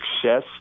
success